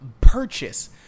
purchase